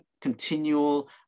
continual